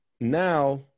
now